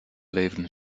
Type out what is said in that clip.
leverden